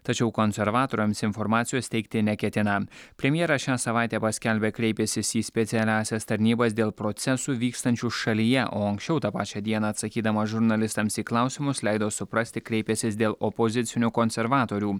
tačiau konservatoriams informacijos teikti neketina premjeras šią savaitę paskelbė kreipęsis į specialiąsias tarnybas dėl procesų vykstančių šalyje o anksčiau tą pačią dieną atsakydamas žurnalistams į klausimus leido suprasti kreipęsis dėl opozicinių konservatorių